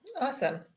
awesome